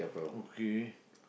okay